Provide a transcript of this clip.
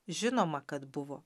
žinoma kad buvo